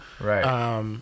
Right